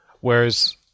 whereas